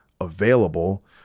available